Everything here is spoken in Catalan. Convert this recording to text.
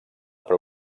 per